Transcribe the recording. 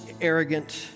arrogant